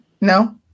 no